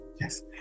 yes